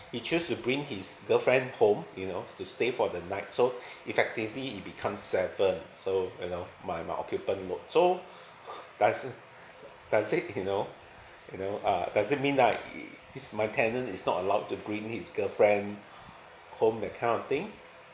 he choose to bring his girlfriend home you know to stay for the night so effectively it becomes seven so you know my my occupant load so doesn't does it you know you know uh does it mean like is my tenant is not allowed to bring his girlfriend home that kind of thing